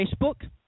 Facebook